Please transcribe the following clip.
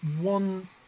one